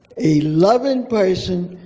a loving person,